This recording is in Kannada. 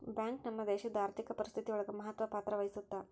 ಬ್ಯಾಂಕ್ ನಮ್ ದೇಶಡ್ ಆರ್ಥಿಕ ಪರಿಸ್ಥಿತಿ ಒಳಗ ಮಹತ್ವ ಪತ್ರ ವಹಿಸುತ್ತಾ